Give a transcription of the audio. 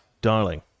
darling